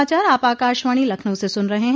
यह समाचार आप आकाशवाणी लखनऊ से सुन रहे हैं